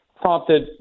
prompted